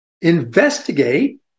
Investigate